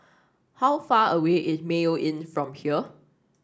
how far away is Mayo Inn from here